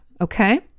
Okay